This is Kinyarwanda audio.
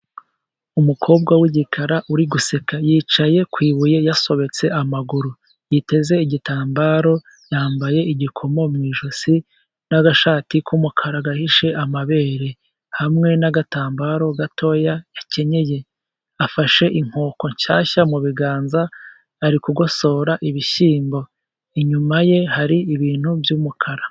Umukobwa w'igikara uri guseka, yicaye ku ibuye yasobetse amaguru, yiteze igitambaro, yambaye igikomo mu ijosi n'agashati k'umukara gahishe amabere hamwe n'agatambaro gatoya yakenyeye. Afashe inkoko nshyashya mu biganza, ari kugosora ibishyimbo, inyuma ye hari ibintu by'umukara.